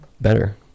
better